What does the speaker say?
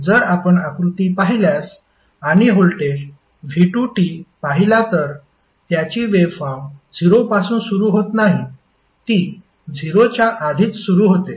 जर आपण आकृती पाहिल्यास आणि व्होल्टेज v2t पाहिला तर त्याची वेव्हफॉर्म 0 पासून सुरू होत नाही ती 0 च्या आधीच सुरू होते